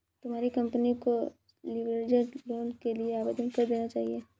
तुम्हारी कंपनी को leveraged loan के लिए आवेदन कर देना चाहिए